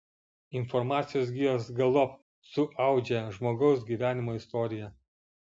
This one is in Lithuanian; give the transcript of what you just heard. informacijos gijos galop suaudžia žmogaus gyvenimo istoriją